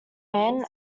man